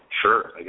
Sure